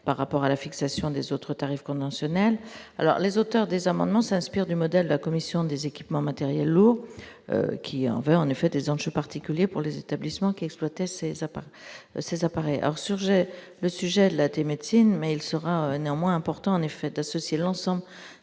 par rapport à la fixation des autres tarifs conventionnels alors les auteurs des amendements s'inspire du modèle de la commission des équipements matériels lourds qui en fait en effet des enjeux particuliers pour les établissements qui exploitaient ces appareils ces apparaît alors sur ai le sujet de la thématique mais il sera néanmoins important, en effet, d'associer l'ensemble